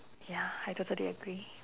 ya I totally agree